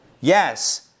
yes